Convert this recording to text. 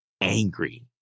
angry